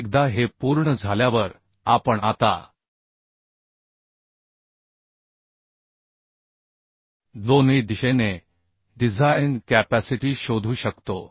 एकदा हे पूर्ण झाल्यावर आपण आता दोन्ही दिशेने डिझाइन कॅपॅसिटी शोधू शकतो